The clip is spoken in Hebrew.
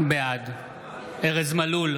בעד ארז מלול,